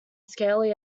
scaly